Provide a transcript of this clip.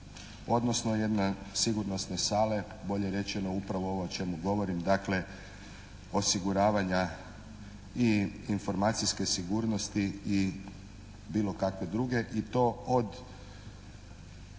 odnosno jedne sigurnosne sale, bolje rečeno upravo ovo o čemu govorim. Dakle, osiguravanja i informacijske sigurnosti i bilo kakve druge i to od